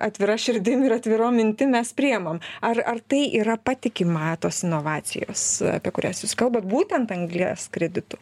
atvira širdim ir atvirom mintim mes priimam ar ar tai yra patikima tos inovacijos apie kurias jūs kalbat būtent anglies kreditų